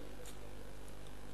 נתקבל.